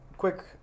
quick